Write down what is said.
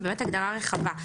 היא הגדרה רחבה.